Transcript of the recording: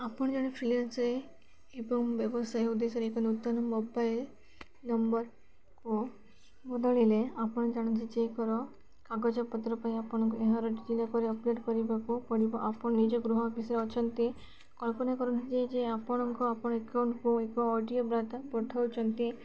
ଆପଣ ଜଣେ ଏବଂ ବ୍ୟବସାୟ ଉଦ୍ଦେଶ୍ୟରେ ଏକ ନୂତନ ମୋବାଇଲ ନମ୍ବରକୁ ବଦଳିଲେ ଆପଣ ଜାଣନ୍ତି ଯେ ଏକର କାଗଜପତ୍ର ପାଇଁ ଆପଣଙ୍କୁ ଏହାର ଅପଡ଼େଟ୍ କରିବାକୁ ପଡ଼ିବ ଆପଣ ନିଜ ଗୃହ ଅଫିସରେ ଅଛନ୍ତି କଳ୍ପନା କର ଯେ ଯେ ଆପଣଙ୍କୁ ଆପଣ ଆକାଉଣ୍ଟକୁ ଏକ ଅଡ଼ିଓ ବାର୍ତ୍ତା ପଠାଉଛନ୍ତି